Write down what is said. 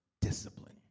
discipline